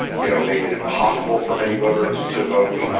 you know, made it impossible for many voters to vote.